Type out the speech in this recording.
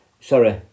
sorry